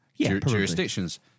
jurisdictions